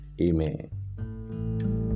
Amen